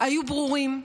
היו ברורים,